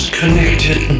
connected